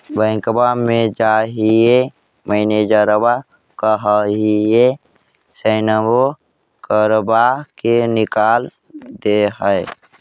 बैंकवा मे जाहिऐ मैनेजरवा कहहिऐ सैनवो करवा के निकाल देहै?